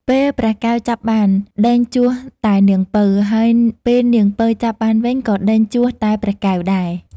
ពេលព្រះកែវចាប់បាន ដេញជួសតែនាងពៅ ហើយពេលនាងពៅចាប់បានវិញ ក៏ដេញជួសតែព្រះកែវដែរ។